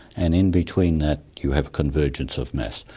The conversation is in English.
and in between that you have a convergence of mass.